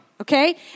Okay